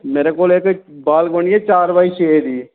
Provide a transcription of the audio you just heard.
मेरे कोल बाग बनी ऐ इक चार बाई छे दी